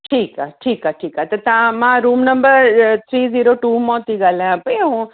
ठीकु आहे ठीकु आहे ठीकु आहे त तव्हां मां room number three zero two मां थी ॻाल्हायां पेई ऐं